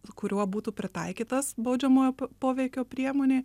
kuriuo būtų pritaikytas baudžiamojo poveikio priemonė